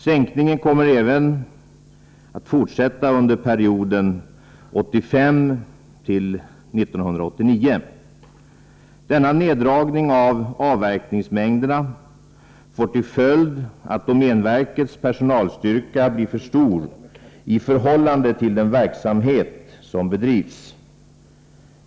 Sänkningen kommer att fortsätta även under perioden 1985-1989. Denna neddragning av avverkningsmängderna får till följd att domänverkets personalstyrka blir för stor i förhållande till den verksamhet som bedrivs.